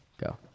Go